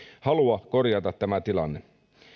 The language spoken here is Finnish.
halua korjata tämä tilanne